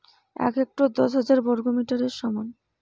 এক হেক্টর দশ হাজার বর্গমিটারের সমান